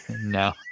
No